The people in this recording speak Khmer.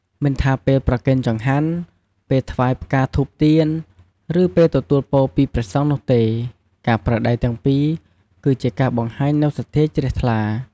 មិនថាពេលប្រគេនចង្ហាន់ ពេលថ្វាយផ្កាធូបទៀន ឬពេលទទួលពរពីព្រះសង្ឃនោះទេ ការប្រើដៃទាំងពីរគឺជាការបង្ហាញនូវសទ្ធាជ្រះថ្លា។